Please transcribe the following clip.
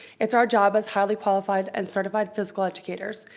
it's our job as highly qualified, and certified physical educators,